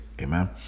Amen